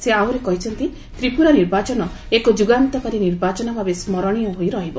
ସେ ଆହୁରି କହିଛନ୍ତି ତ୍ରିପୁରା ନିର୍ବାଚନ ଏକ ଯୁଗାନ୍ତକାରୀ ନିର୍ବାଚନ ଭାବେ ସ୍କରଣୀୟ ହୋଇ ରହିବ